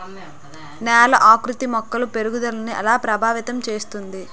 నేల ఆకృతి మొక్కల పెరుగుదలను ఎలా ప్రభావితం చేస్తుంది?